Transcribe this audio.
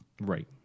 Right